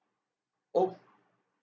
oh